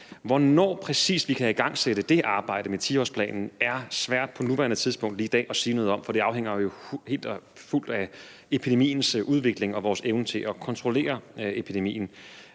Hvornår vi præcis kan igangsætte det arbejde med 10-årsplanen, er svært på nuværende tidspunkt i dag at sige noget om, for det afhænger jo fuldstændig af epidemiens udvikling og vores evne til at kontrollere epidemien.